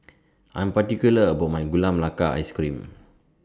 I'm particular about My Gula Melaka Ice Cream